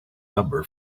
number